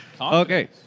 Okay